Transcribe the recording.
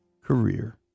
career